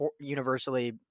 universally